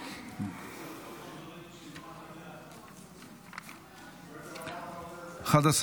סעיפים 1 5 נתקבלו.